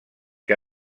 que